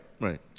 right